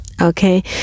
Okay